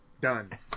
done